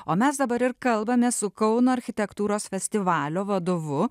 o mes dabar ir kalbame su kauno architektūros festivalio vadovu